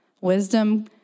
Wisdom